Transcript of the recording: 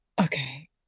Okay